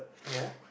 ya